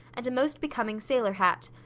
and a most becoming sailor hat.